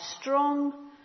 strong